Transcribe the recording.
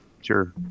Sure